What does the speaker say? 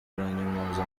aranyomoza